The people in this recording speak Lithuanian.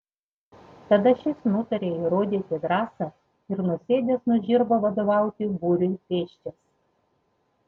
tada šis nutaria įrodyti drąsą ir nusėdęs nuo žirgo vadovauti būriui pėsčias